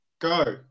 go